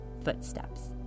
footsteps